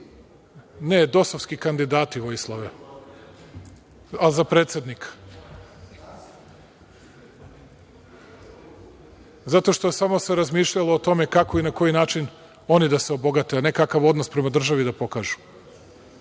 dosovski kandidati, Vojislave, al za predsednika. Zato što se samo razmišljalo o tome kako i na koji način da se oni obogate, a ne kakav odnos prema državi da pokažu. Ali,